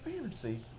Fantasy